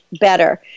better